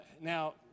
Now